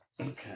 Okay